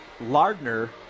Lardner